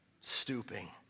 stooping